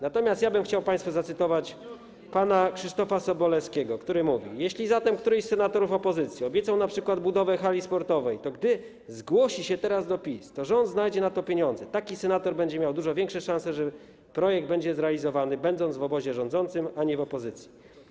Natomiast chciałbym państwu zacytować pana Krzysztofa Sobolewskiego, który mówił: Jeśli zatem któryś z senatorów opozycji obiecał np. budowę hali sportowej, to gdy zgłosi się teraz do PiS, to rząd znajdzie na to pieniądze, taki senator będzie miał dużo większe szanse, że projekt będzie zrealizowany, będąc w obozie rządzącym, a nie w opozycji.